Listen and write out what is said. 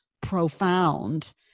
profound